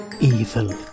evil